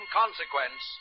consequence